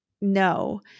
No